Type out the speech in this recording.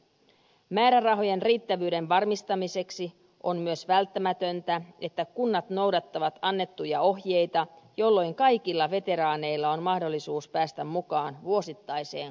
määrärahojen riittävyyden varmistamiseksi on myös välttämätöntä että kunnat noudattavat annettuja ohjeita jolloin kaikilla veteraaneilla on mahdollisuus päästä mukaan vuosittaiseen kuntoutukseen